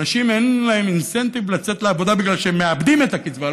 לאנשים אין אינסנטיב לצאת לעבודה בגלל שהם מאבדים את הקצבה,